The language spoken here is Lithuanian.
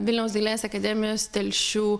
vilniaus dailės akademijos telšių